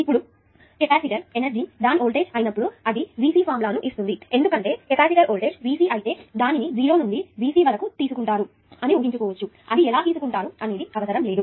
ఇప్పుడు capacitor energy దాని voltage అయినప్పుడు అది Vc ఫార్ములా ను ఇస్తుంది ఎందుకంటే కెపాసిటర్ వోల్టేజ్ Vc అయితే దానిని 0 నుండి Vc వరకు తీసుకుంటారు అని ఊహించుకోవచ్చు అది ఎలా తీసుకుంటారు అనేది అవసరం లేదు